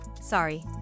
sorry